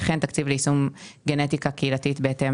ויש תקציב ליישום גנטיקה קהילתית בהתאם